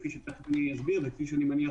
כפי שאסביר וכפי שאני מניח